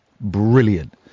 Brilliant